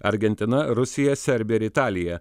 argentina rusija serbija ir italija